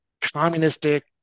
communistic